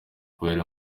kubera